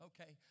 Okay